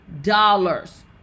dollars